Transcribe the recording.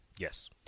Yes